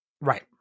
Right